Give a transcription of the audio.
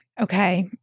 Okay